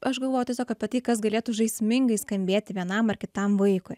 aš galvoju tiesiog apie tai kas galėtų žaismingai skambėti vienam ar kitam vaikui